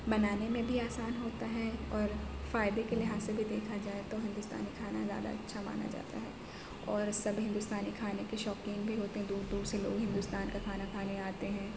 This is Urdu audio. بنانے میں بھی آسان ہوتا ہے اور فائدے کے لحاظ سے بھی دیکھا جائے تو ہندوستانی کھانا زیادہ اچھا مانا جاتا ہے اور سب ہندوستانی کھانے کے شوقین بھی ہوتے ہیں دور دور سے لوگ ہندوستان کا کھانا کھانے آتے ہیں